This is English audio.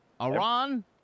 Iran